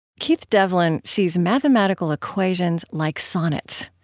keith devlin sees mathematical equations like sonnets.